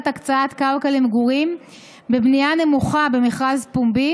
הקצאת קרקע למגורים בבנייה נמוכה במכרז פומבי